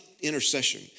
intercession